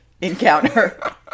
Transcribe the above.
encounter